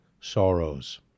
sorrows